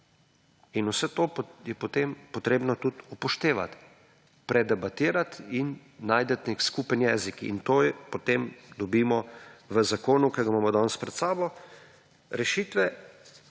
In vse to je potem potrebno tudi upoštevati, predebatirati in najti nek skupen jezik. In to je potem, dobimo v zakonu, ki ga imamo danes pred sabo, rešitve,